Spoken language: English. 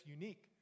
unique